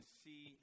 see